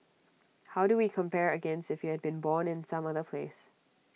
how do we compare against if you had been born in some other place